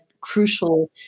crucial